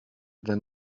than